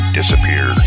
disappear